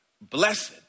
blessed